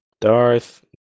Darth